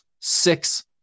six